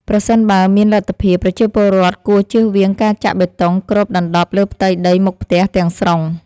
ប្រសិនបើមានលទ្ធភាព ប្រជាពលរដ្ឋគួរជៀសវាងការចាក់បេតុងគ្របដណ្តប់លើផ្ទៃដីមុខផ្ទះទាំងស្រុង។